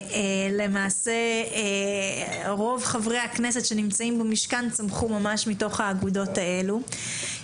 למעשה רוב חברי הכנסת שנמצאים במשכן צמחו ממש מתוך האגודות האלה.